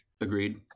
Agreed